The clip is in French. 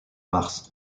mars